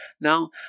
Now